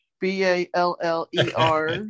B-A-L-L-E-R